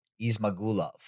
Ismagulov